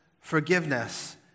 forgiveness